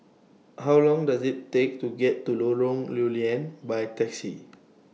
How Long Does IT Take to get to Lorong Lew Lian By Taxi